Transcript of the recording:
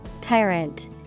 Tyrant